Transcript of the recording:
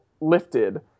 lifted